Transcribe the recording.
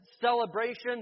celebration